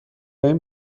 این